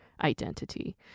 identity